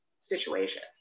situation